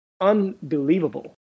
unbelievable